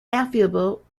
affable